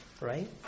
right